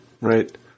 right